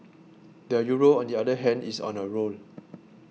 the Euro on the other hand is on a roll